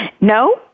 No